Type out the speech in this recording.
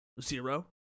zero